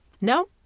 No